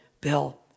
Bill